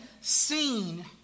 seen